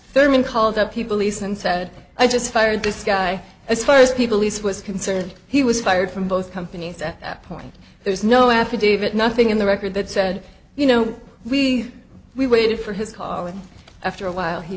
thurman called up people lease and said i just fired this guy as far as people lease was concerned he was fired from both companies at that point there's no affidavit nothing in the record that said you know we we waited for his call after a while he